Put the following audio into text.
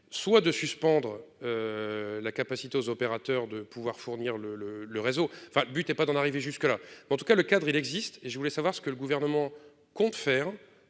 soit de suspendre. La capacité aux opérateurs de pouvoir fournir le le le réseau. Enfin, le but est pas d'en arriver jusque là. En tout cas le cadre il existe et je voulais savoir ce que le gouvernement compte faire